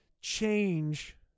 change